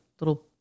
little